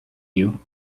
you